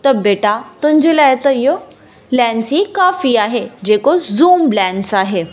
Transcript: त बेटा तुंहिंजे लाइ त इहो लेंस ई काफ़ी आहे जे को ज़ूम लेंस आहे